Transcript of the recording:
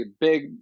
big